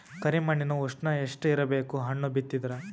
ಕರಿ ಮಣ್ಣಿನ ಉಷ್ಣ ಎಷ್ಟ ಇರಬೇಕು ಹಣ್ಣು ಬಿತ್ತಿದರ?